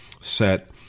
set